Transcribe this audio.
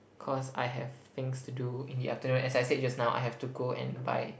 cause I have things to do in the afternoon as I said just now I have to go and buy